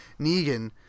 Negan